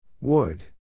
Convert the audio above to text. Wood